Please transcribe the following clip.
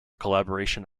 collaboration